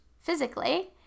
physically